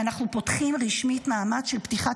ואנחנו פותחים רשמית מעמד של פתיחת